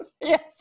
Yes